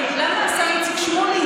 חברי השר איציק שמולי?